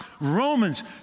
Romans